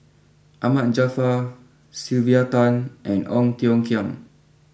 Ahmad Jaafar Sylvia Tan and Ong Tiong Khiam